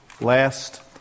last